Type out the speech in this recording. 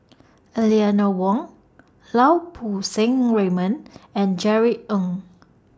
Eleanor Wong Lau Poo Seng Raymond and Jerry Ng